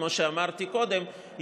כמו שאמרתי קודם,